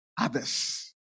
Others